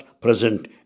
present